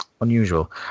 unusual